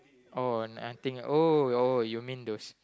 oh and I think oh oh you mean those